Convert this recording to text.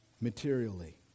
materially